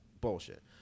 Bullshit